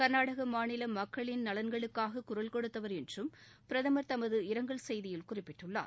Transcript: கர்நாடக மாநில மக்களின் நலன்களுக்காக குரல் கொடுத்தவர் என்றும் பிரதமர் தனது இரங்கல் செய்தியில் குறிப்பிட்டுள்ளார்